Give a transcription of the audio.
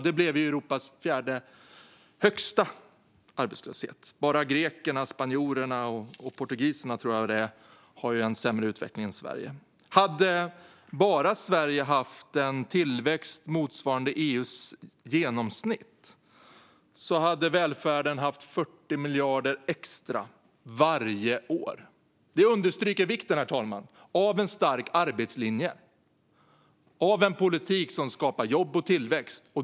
Det blev Europas fjärde högsta arbetslöshet. Jag tror att det bara är grekerna, spanjorerna och portugiserna som har en sämre utveckling än Sverige. Om Sverige bara hade haft en tillväxt motsvarande EU:s genomsnitt hade välfärden haft 40 miljarder extra varje år. Det, herr talman, understryker vikten av en stark arbetslinje och av en politik som skapar jobb och tillväxt.